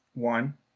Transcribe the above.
One